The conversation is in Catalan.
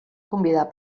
convidar